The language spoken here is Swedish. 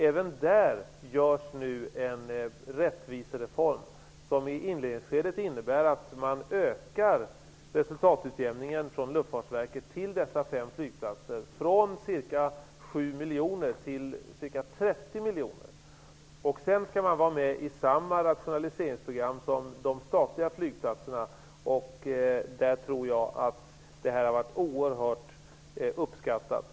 Även där genomförs nu en rättvisereform, som i inledningsskedet innebär att man ökar resultatutjämningen från Luftfartsverket till dessa fem flygplatser från ca 7 miljoner till ca 30 miljoner. Sedan skall man delta i samma rationaliseringsprogram som de statliga flygplatserna. Det har uppskattats oerhört.